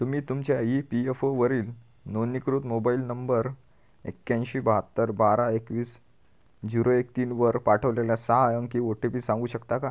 तुमी तुमच्या E P F O वरील नोंनीकृत मोबाईल नंबर एक्याऐंशी बाहत्तर बारा एकवीस झिरो एक तीनवर पाठवलेला सहा अंकी ओ टी पी सांगू शकता का